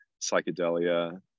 psychedelia